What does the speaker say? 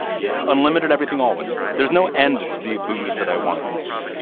yeah unlimited everything always there's no end to the booze that i want to consume.